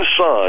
son